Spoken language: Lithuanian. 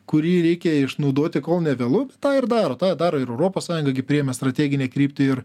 kurį reikia išnaudoti kol nevėlu tą ir daro tą daro ir europos sąjunga gi priėmė strateginę kryptį ir